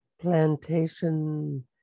plantation